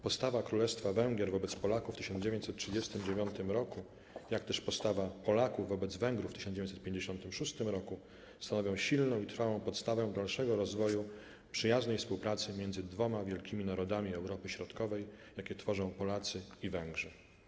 Postawa Królestwa Węgier wobec Polaków w 1939 roku, jak też postawa Polaków wobec Węgrów w 1956 roku, stanowią silną i trwałą podstawę dalszego rozwoju przyjaznej współpracy między dwoma wielkimi narodami Europy Środkowej, jakie tworzą Polacy i Węgrzy”